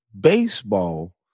baseball